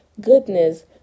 goodness